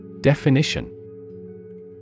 Definition